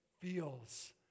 feels